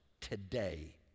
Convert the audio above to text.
today